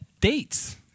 Dates